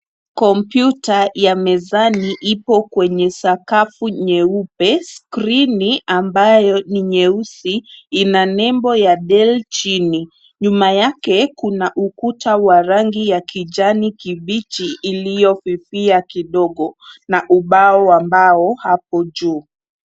Kompyuta ya mezani ipo kwenye sakafu nyeupe, skrini ambayo ni nyeusi ina nembo ya Dell chini. Nyuma yake kuna ukuta wa rangi ya kijani kibichi iliyofifia kidogo na ubao wa mbao hapo juu.